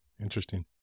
Interesting